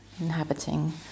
inhabiting